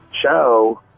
show